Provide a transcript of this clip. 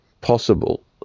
possible